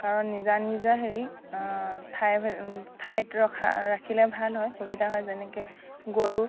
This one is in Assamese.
কাৰণ নিজা নিজা হেৰি ঠাই ঠাইত ৰখা ৰাখিলে ভাল হয় সুবিধা হয় যেনেকে গৰু